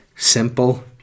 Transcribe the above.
Simple